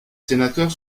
sénateurs